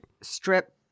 strip